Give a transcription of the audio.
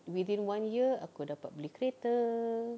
within one year aku dapat beli kereta